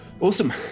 Awesome